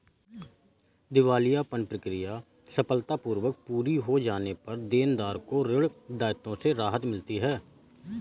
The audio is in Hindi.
दिवालियापन प्रक्रिया सफलतापूर्वक पूरी हो जाने पर देनदार को ऋण दायित्वों से राहत मिलती है